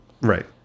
Right